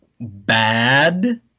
bad